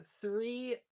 three